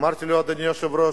אמרתי לו, אדוני היושב-ראש,